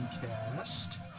cast